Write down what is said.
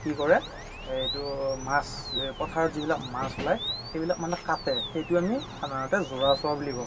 কি কৰে এইটো মাছ পথাৰত যিবিলাক মাছ ওলায় সেইবিলাক মানে কাটে সেইটো আমি সাধাৰণতে জোৰা চোৱা বুলি কওঁ